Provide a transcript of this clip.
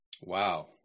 wow